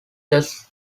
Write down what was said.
just